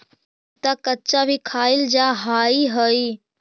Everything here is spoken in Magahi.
पपीता कच्चा भी खाईल जा हाई हई